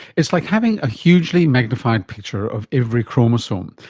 it's like having a hugely magnified picture of every chromosome.